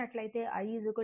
35 కోణం 10